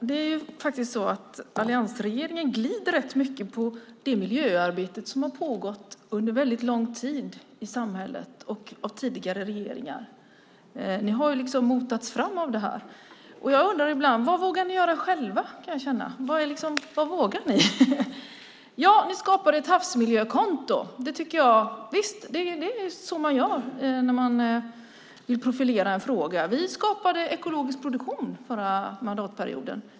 Fru talman! Alliansregeringen glider faktiskt rätt mycket på det miljöarbete som har pågått i samhället under väldigt lång tid och under tidigare regeringar. Ni har liksom motats fram av det här. Jag undrar ibland: Vad vågar ni göra själva? Ja, ni skapar ett havsmiljökonto. Visst - det är så man gör när man vill profilera en fråga. Vi skapade ekologisk produktion förra mandatperioden.